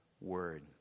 word